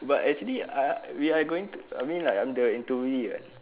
but actually I we are going to I mean like I am the interviewee